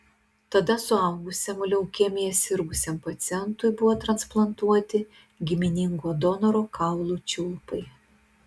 tada suaugusiam leukemija sirgusiam pacientui buvo transplantuoti giminingo donoro kaulų čiulpai